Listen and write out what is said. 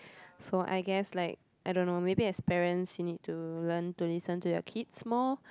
so I guess like I don't know maybe as parents you need to learn to listen to your kids more